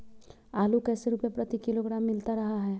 आलू कैसे रुपए प्रति किलोग्राम मिलता रहा है?